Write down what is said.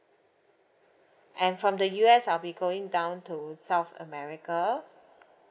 and from the U_S I'll be going down to south america